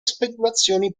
speculazioni